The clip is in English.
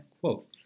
quote